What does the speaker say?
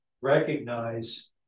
recognize